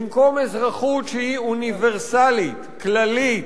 במקום אזרחות שהיא אוניברסלית, כללית,